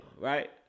right